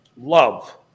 love